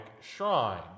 shrine